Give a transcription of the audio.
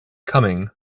coming